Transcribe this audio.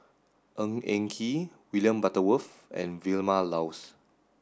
Ng Eng Kee William Butterworth and Vilma Laus